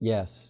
Yes